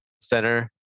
Center